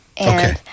Okay